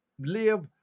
live